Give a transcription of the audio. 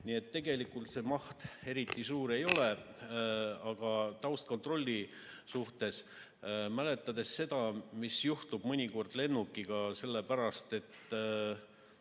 Nii et tegelikult see maht eriti suur ei ole. Aga taustakontrolli suhtes, mäletades seda, mis juhtub mõnikord lennukiga sellepärast, et